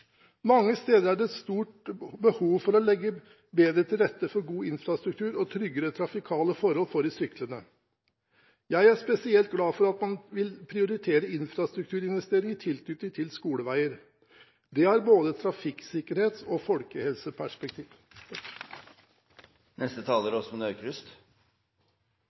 Mange steder er det stort behov for å legge bedre til rette for god infrastruktur og tryggere trafikale forhold for de syklende. Jeg er spesielt glad for at man vil prioritere infrastrukturinvesteringer i tilknytning til skoleveier. Det har både et trafikksikkerhets- og folkehelseperspektiv.